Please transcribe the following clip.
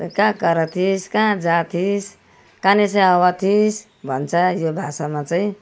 त का कर थिस् काँ जा थिस् का ने से आव थिस् भन्छ यो भाषामा चाहिँ